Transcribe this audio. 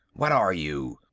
what are you?